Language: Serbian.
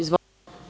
Izvolite.